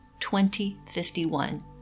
2051